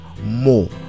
more